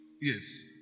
Yes